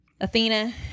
Athena